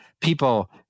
people